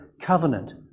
Covenant